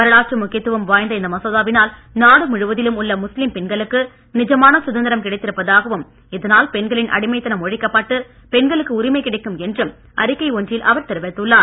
வரலாற்று முக்கியத்துவம் வாய்ந்த இந்த மசோதாவினால் நாடு முழுவதிலும் உள்ள முஸ்லிம் பெண்களுக்கு நிஜமான சுதந்திரம் கிடைத்திருப்பதாகவும் இதனால் பெண்களின் அடிமைத்தனம் ஒழிக்கப்பட்டு பெண்களுக்கு உரிமை கிடைக்கும் என்றும் அறிக்கையில் ஒன்றில் அவர் தெரிவித்துள்ளார்